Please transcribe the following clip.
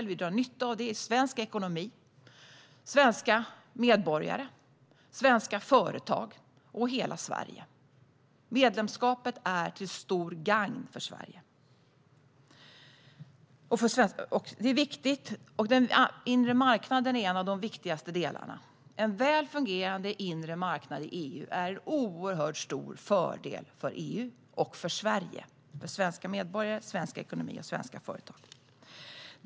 Vi drar nytta av det i svensk ekonomi - svenska medborgare, svenska företag och hela Sverige. Medlemskapet är till stort gagn för Sverige. Det är viktigt, och den inre marknaden är en av de viktigaste delarna. En väl fungerande inre marknad i EU är en oerhört stor fördel för EU och för Sverige - för svenska medborgare, svensk ekonomi och svenska företag.